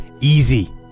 easy